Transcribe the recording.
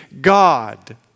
God